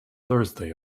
thursday